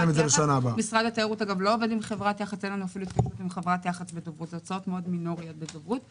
משרד התיירות לא עובד עם חברת- -- הוצאות מאוד מינוריות לדוברות.